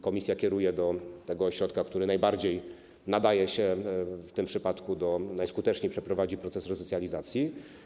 Komisja kieruje do tego ośrodka, który najbardziej nadaje się w tym przypadku, najskuteczniej przeprowadzi proces resocjalizacji.